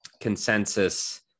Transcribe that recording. consensus